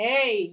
Hey